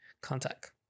contact